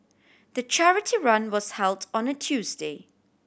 the charity run was held on a Tuesday